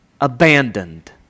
abandoned